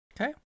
Okay